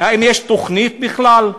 האם יש תוכנית בכלל?